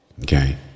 Okay